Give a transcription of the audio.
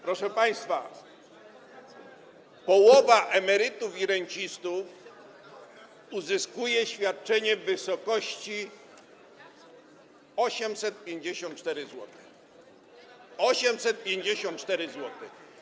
Proszę państwa, połowa emerytów i rencistów uzyskuje świadczenie w wysokości 854 zł. 854 zł.